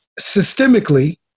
systemically